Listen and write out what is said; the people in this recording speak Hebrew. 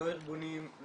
לא ארגונים,